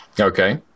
Okay